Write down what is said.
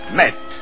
met